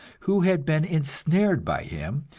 who had been ensnared by him,